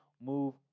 move